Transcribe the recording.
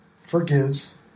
forgives